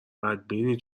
بدبینی